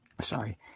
Sorry